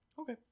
Okay